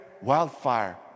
wildfire